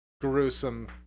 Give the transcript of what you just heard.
Gruesome